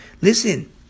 Listen